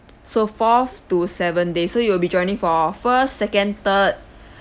so fourth to seven days so you will be joining for first second third